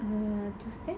mm tuesday